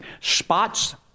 Spots